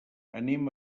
anem